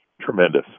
Tremendous